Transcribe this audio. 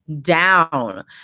down